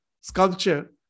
sculpture